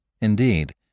Indeed